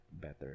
better